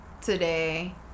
today